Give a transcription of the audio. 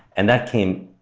and that came,